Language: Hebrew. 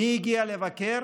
מי הגיע לבקר?